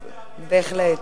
בהחלט.